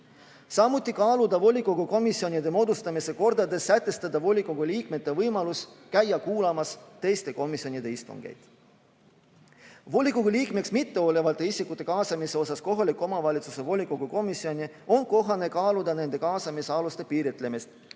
Samuti tuleb kaaluda, kas volikogu komisjonide moodustamise kordades tuleks sätestada volikogu liikmete võimalus käia kuulamas teiste komisjonide istungeid. Volikogu liikmeks mitteolevate isikute kaasamisel kohaliku omavalitsuse volikogu komisjoni on kohane kaaluda nende kaasamisaluste piiritlemist,